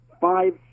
five